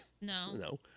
No